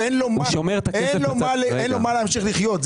אין לו למה להמשיך לחיות.